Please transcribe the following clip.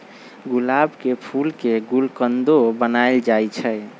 गुलाब के फूल के गुलकंदो बनाएल जाई छई